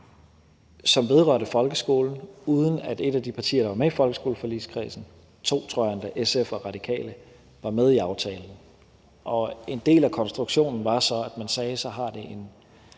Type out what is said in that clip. som vedrørte folkeskolen, uden at et eller to af de partier, der var med i folkeskoleforligskredsen – SF og Radikale tror jeg endda det var – var med i aftalen, og en del af konstruktionen var så, at man sagde, at det